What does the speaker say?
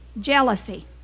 jealousy